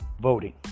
voting